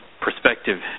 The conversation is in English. perspective